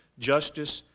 justice,